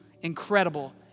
incredible